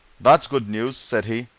that's good news! said he.